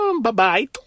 Bye-bye